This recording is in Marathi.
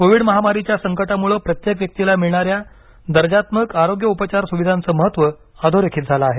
कोविड महामारीच्या संकटामुळं प्रत्येक व्यक्तीला मिळणाऱ्या दर्जात्मक आरोग्य उपचार सुविधाचं महत्व अधोरेखित झालं आहे